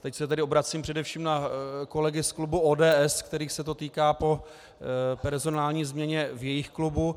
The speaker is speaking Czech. Teď se tedy obracím především na kolegy z klubu ODS, kterých se to týká po personální změně v jejich klubu.